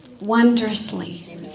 wondrously